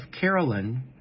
Carolyn